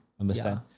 Understand